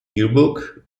yearbook